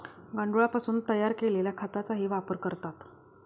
गांडुळापासून तयार केलेल्या खताचाही वापर करतात